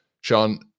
Sean